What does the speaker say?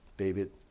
David